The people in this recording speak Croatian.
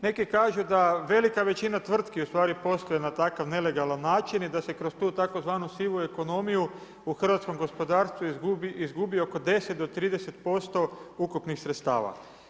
Neki kažu da velika većina tvrtki ustvari posluje na takav nelegalan način i da se kroz tu tzv. sivu ekonomiju u hrvatskom gospodarstvu izgubio oko 10 do 30% ukupnih sredstava.